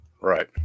Right